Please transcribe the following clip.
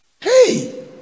Hey